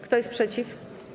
Kto jest przeciw?